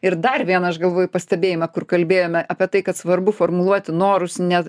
ir dar vieną aš galvoju pastebėjimą kur kalbėjome apie tai kad svarbu formuluoti norus ne